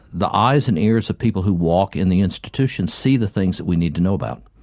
the eyes and ears of people who walk in the institutions see the things that we need to know about.